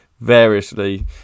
variously